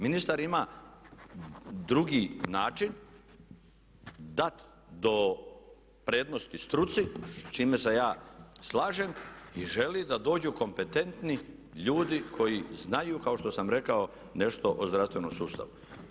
Ministar ima drugi način, dat prednost struci s čime se ja slažem i želi da dođu kompetentni ljudi koji znaju kao što sam rekao nešto o zdravstvenom sustavu.